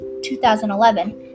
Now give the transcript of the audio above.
2011